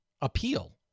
appeal